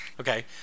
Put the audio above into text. Okay